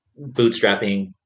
bootstrapping